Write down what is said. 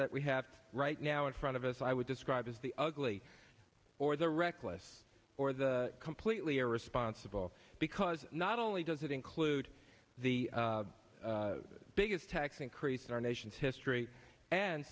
that we have right now in front of us i would describe as the ugly or the reckless or the completely irresponsible because not only does it include the biggest tax increase in our nation's history and